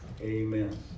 Amen